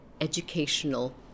educational